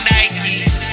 Nikes